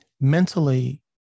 Mentally